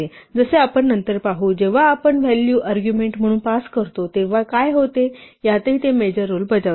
आणि जसे आपण नंतर पाहू जेव्हा आपण व्हॅल्यू अर्ग्युमेण्ट म्हणून पास करतो तेव्हा काय होते यातही ते मेजर रोल बजावते